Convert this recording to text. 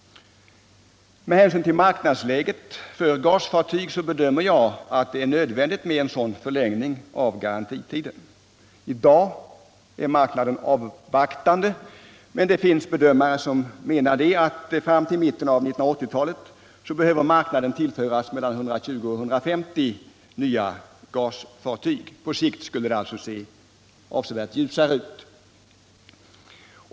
Med hänsyn till marknadsläget för gasfartyg bedömer jag att det är nödvändigt med en sådan förlängning av garantitiden. I dag är marknaden avvaktande, men det finns bedömare som menar att fram till mitten av 1980-talet behöver marknaden tillföras 120-150 nya gasfartyg. På sikt skulle det alltså se avsevärt ljusare ut.